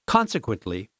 Consequently